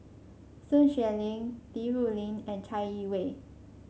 Sun Xueling Li Rulin and Chai Yee Wei